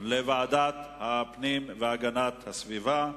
לוועדת הפנים והגנת הסביבה.